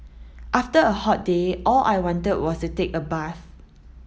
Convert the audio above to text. after a hot day all I wanted was to take a bath